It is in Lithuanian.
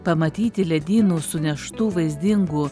pamatyti ledynų suneštų vaizdingų